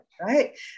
right